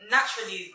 Naturally